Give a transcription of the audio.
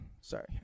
Sorry